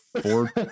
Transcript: four